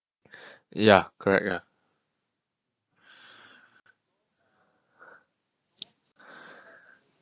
ya correct ya